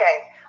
Okay